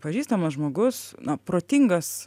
pažįstamas žmogus na protingas